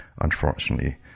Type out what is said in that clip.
Unfortunately